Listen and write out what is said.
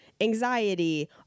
anxiety